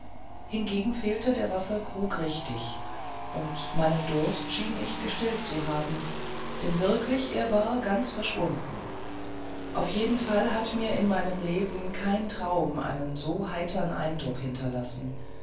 hingegen fehlte der wasserkrug richtig und meinen durst schien ich gestillt zu haben denn wirklich er war ganz verschwunden auf jeden fall hat mir in meinem leben kein traum einen so heitern eindruck hinterlassen